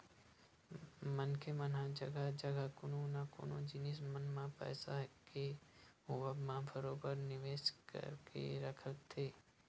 मनखे मन ह जघा जघा कोनो न कोनो जिनिस मन म पइसा के होवब म बरोबर निवेस करके रखथे